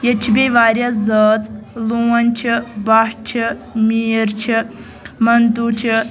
ییٚتہِ چھِ بیٚیہِ واریاہ زٲژ لون چھِ بٹ چھِ میٖر چھِ منتو چھِ